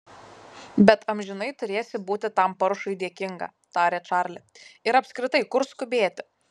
bet amžinai turėsi būti tam paršui dėkinga tarė čarli ir apskritai kur skubėti